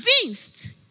convinced